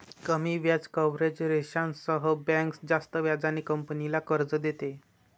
कमी व्याज कव्हरेज रेशोसह बँक जास्त व्याजाने कंपनीला कर्ज देते